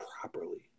properly